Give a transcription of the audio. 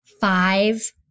five